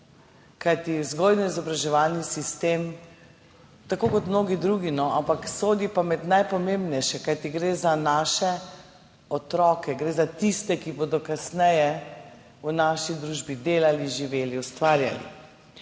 Kajti vzgojno-izobraževalni sistem, tako kot mnogi drugi – ampak sodi pa med najpomembnejše, kajti gre za naše otroke, gre za tiste, ki bodo kasneje v naši družbi delali, živeli, ustvarjali.